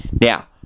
Now